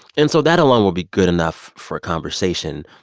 and so that alone would be good enough for a conversation,